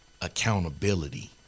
accountability